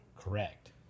correct